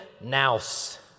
Naus